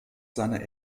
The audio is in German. seine